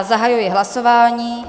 Zahajuji hlasování.